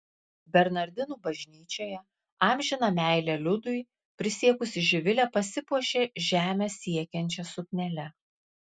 bernardinų bažnyčioje amžiną meilę liudui prisiekusi živilė pasipuošė žemę siekiančia suknele